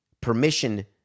permission